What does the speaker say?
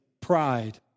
pride